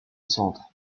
centre